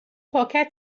پاکت